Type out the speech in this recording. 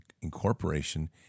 incorporation